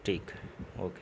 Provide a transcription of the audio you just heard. ٹھیک ہے اوکے